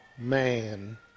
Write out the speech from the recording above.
man